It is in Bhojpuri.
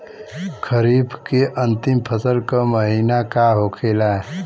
खरीफ के अंतिम फसल का महीना का होखेला?